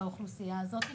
לאוכלוסייה הזאת.